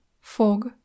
fog